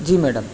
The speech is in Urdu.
جی میڈم